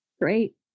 Great